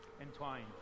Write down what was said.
Entwined